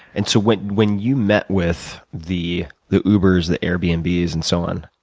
and so, when when you met with the the uber, the air b and b, and so on,